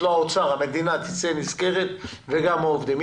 והמדינה יצאו נשכרים וכך גם העובדים.